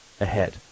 ahead